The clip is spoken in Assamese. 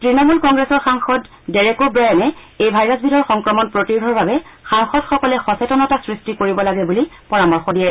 তৃণমূল কংগ্ৰেছৰ সাংসদ ডেৰেক অ'ব ব্ৰায়নে এই ভাইৰাছবিধৰ সংক্ৰমণ প্ৰতিৰোধৰ বাবে সাংসদসকলে সচেতনতা সৃষ্টি কৰিব লাগে বুলি পৰামৰ্শ দিয়ে